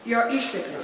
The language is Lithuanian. jo išteklius